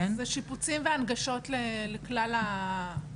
זה שיפוצים והנגשות לכלל האנשים.